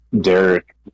Derek